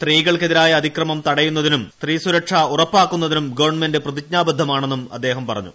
സ്ത്രീകൾക്കെതിരായ അതിക്രമം തടയുന്നതിനും സ്ത്രീസുരക്ഷ ഉറപ്പാക്കുന്നതിനും ഗവൺമെന്റ് പ്രതിജ്ഞാബ്ദ്ധമാണെന്നും അദ്ദേഹം പറഞ്ഞു